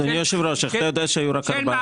אדוני היושב ראש, איך אתה יודע שהיו רק ארבעה?